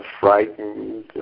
frightened